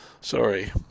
Sorry